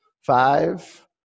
Five